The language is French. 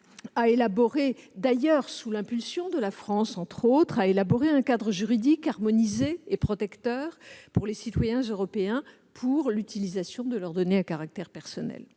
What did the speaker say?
a élaboré, d'ailleurs sous l'impulsion de la France, entre autres, un cadre juridique harmonisé et protecteur pour les citoyens européens, pour l'utilisation de leurs données à caractère personnel.